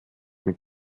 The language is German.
mit